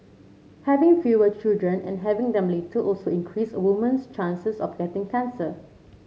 having fewer children and having them later also increase a woman's chances of getting cancer